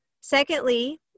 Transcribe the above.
Secondly